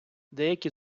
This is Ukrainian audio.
деякі